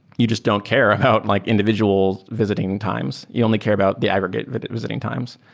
you just don't care about like individual visiting times. you only care about the aggregate but visiting times.